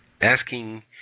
asking